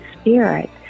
Spirit